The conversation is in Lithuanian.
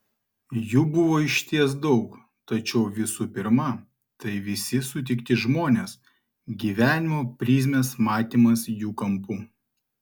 jų buvo išties daug tačiau visų pirma tai visi sutikti žmonės gyvenimo prizmės matymas jų kampu